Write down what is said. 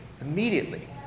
immediately